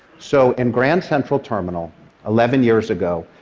so in grand central terminal eleven years ago,